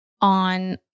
on